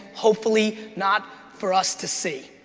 hopefully not for us to see,